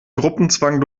gruppenzwang